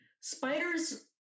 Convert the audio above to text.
Spiders